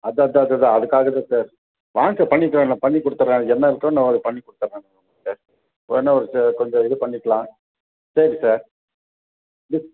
அதுதான் அதுதான் அதேதான் அதுக்காக தான் சார் வாங்க சார் பண்ணிக்கலாம் நான் பண்ணிக்கொடுத்துட்றேன் என்ன இருக்கோ நான் அதை பண்ணிக்கொடுத்துட்றேன் இப்போ என்ன கொஞ்சம் இது பண்ணிக்கலாம் சரி சார்